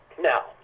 Now